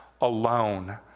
alone